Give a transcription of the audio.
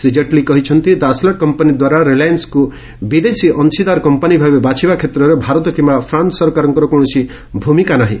ଶ୍ରୀ କେଟ୍ଲୀ କହିଛନ୍ତି ଦାସଲ୍ଟ୍ କମ୍ପାନୀଦ୍ୱାରା ରିଲାଏନ୍ସକୁ ବିଦେଶୀ ଅଂଶୀଦାର କମ୍ପାନୀ ଭାବେ ବାଛିବା କ୍ଷେତ୍ରରେ ଭାରତ କିମ୍ବା ଫ୍ରାନ୍ସ ସରକାରଙ୍କ କୌଣସି ଭୂମିକା ନାହିଁ